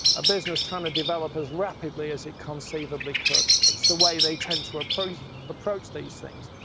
a business trying to develop as rapidly as it conceivably could. it's the way they tend to approach approach these things.